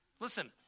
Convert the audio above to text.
Listen